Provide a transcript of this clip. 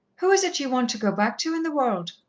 who is it ye want to go back to in the world?